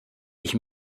ich